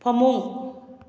ꯐꯃꯨꯡ